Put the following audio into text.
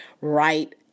right